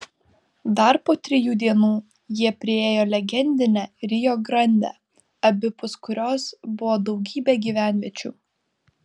dar po trijų dienų jie priėjo legendinę rio grandę abipus kurios buvo daugybė gyvenviečių